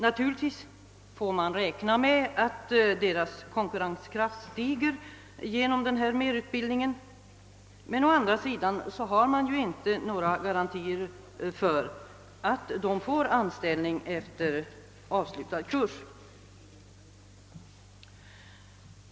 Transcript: Naturligtvis får man räkna med att deras konkurrenskraft stiger tack vare en sådan merutbildning, men man har å andra sidan inte några garantier för att de efter avslutad kurs även får anställning.